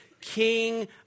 king